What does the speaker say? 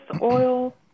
oil